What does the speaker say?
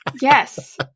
Yes